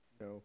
No